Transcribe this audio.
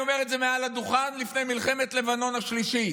אני אומר את זה מעל הדוכן לפני מלחמת לבנון השלישית: